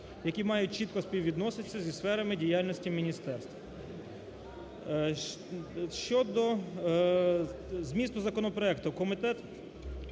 які мають чітко співвідноситися зі сферами діяльності міністерств. Щодо змісту законопроекту. Комітет